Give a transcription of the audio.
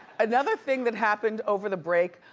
another thing that happened over the break,